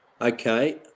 Okay